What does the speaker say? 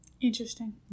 Interesting